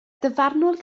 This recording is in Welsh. dyfarnwr